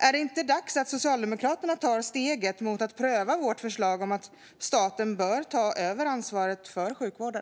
Är det inte dags att Socialdemokraterna tar steget mot att pröva vårt förslag om att låta staten ta över ansvaret för sjukvården?